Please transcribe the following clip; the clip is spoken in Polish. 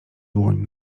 dłoń